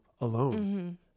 alone